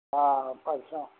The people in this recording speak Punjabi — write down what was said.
ਹਾਂ ਭਾਈ ਸਾ